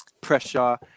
pressure